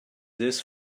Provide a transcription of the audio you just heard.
this